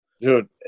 dude